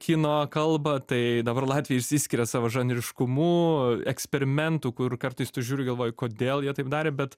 kino kalbą tai dabar latvija išsiskiria savo žanriškumu eksperimentų kur kartais tu žiūriu galvoju kodėl jie taip darė bet